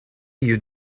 you